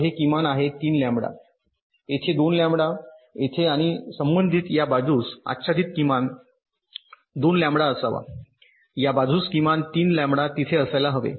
तर हे किमान आहे 3 लॅम्बडा येथे 2 लॅम्बडा येथे आणि संबंधित या बाजूस आच्छादित किमान 2 लॅम्बडा असावा या बाजूस किमान 3 लॅम्बडा तिथे असायला हवे